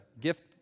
gift